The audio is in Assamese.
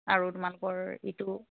আৰু তোমালোকৰ ইটো